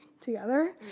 together